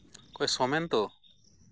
ᱚᱠᱚᱭ ᱥᱳᱢᱮᱱ ᱛᱚ